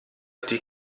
die